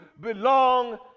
belong